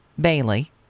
Bailey